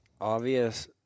obvious